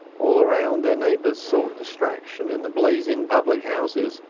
all around their neighbors sought distraction in the blazing public-houses,